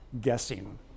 guessing